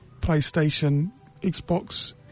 PlayStation-Xbox